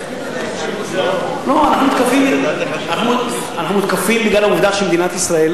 אנחנו מותקפים בגלל העובדה שמדינת ישראל,